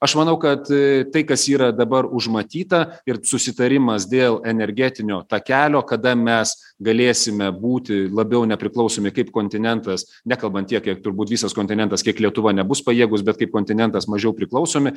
aš manau kad tai kas yra dabar užmatyta ir susitarimas dėl energetinio takelio kada mes galėsime būti labiau nepriklausomi kaip kontinentas nekalbant tiek kiek turbūt visas kontinentas kiek lietuva nebus pajėgus bet kaip kontinentas mažiau priklausomi